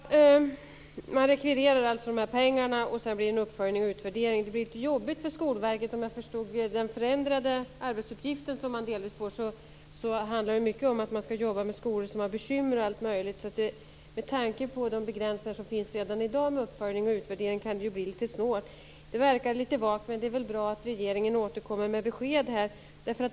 Fru talman! Man rekvirerar alltså de här pengarna. Sedan blir det en uppföljning och utvärdering. Det blir lite jobbigt för Skolverket, såvitt jag förstår, när det gäller den förändrade arbetsuppgift som man delvis får. Det handlar mycket om att man ska jobba med skolor som har bekymmer och allt möjligt annat. Med tanke på de begränsningar som finns redan i dag vad gäller uppföljning och utvärdering kan det bli lite svårt. Det hela verkar alltså lite vagt men det är väl bra att regeringen återkommer med besked här.